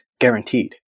guaranteed